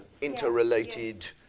interrelated